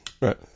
Right